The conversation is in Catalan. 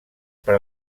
per